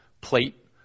plate